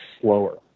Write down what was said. slower